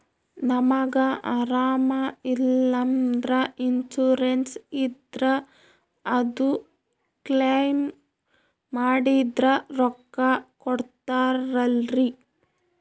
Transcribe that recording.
ನಮಗ ಅರಾಮ ಇಲ್ಲಂದ್ರ ಇನ್ಸೂರೆನ್ಸ್ ಇದ್ರ ಅದು ಕ್ಲೈಮ ಮಾಡಿದ್ರ ರೊಕ್ಕ ಕೊಡ್ತಾರಲ್ರಿ?